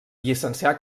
llicencià